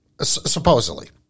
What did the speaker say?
supposedly